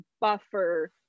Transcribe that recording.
buffer